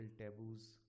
taboos